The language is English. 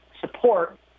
support